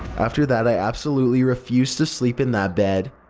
after that i absolutely refused to sleep in that bed.